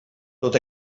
tot